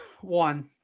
one